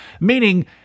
Meaning